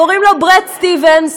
קוראים לו בראד סטיבנס,